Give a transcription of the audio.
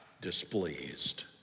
displeased